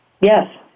Yes